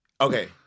Okay